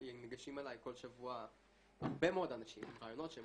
ניגשים אליי כל שבוע הרבה מאוד אנשים עם רעיונות שהם